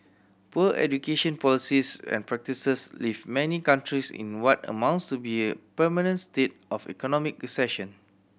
poor education policies and practices leave many countries in what amounts to be permanent state of economic recession